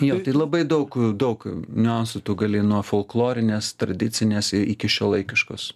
jo tai labai daug daug niuansų tu gali nuo folklorinės tradicinės iki šiuolaikiškos